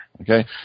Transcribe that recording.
Okay